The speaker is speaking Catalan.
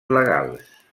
legals